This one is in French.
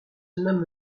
nomme